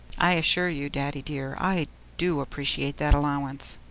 i assure you, daddy dear, i do appreciate that allowance.